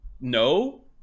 no